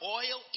oil